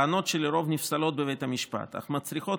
טענות שלרוב נפסלות בבית המשפט אך מצריכות